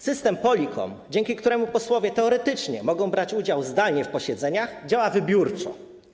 System Polycom, dzięki któremu posłowie teoretycznie mogą brać udział zdalnie w posiedzeniach, działa wybiórczo.